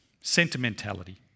sentimentality